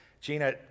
Gina